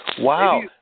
Wow